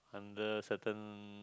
under certain